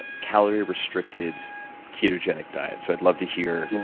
ah calorie restricted ketogenic diet, so i'd love to hear